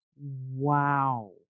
Wow